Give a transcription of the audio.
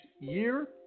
year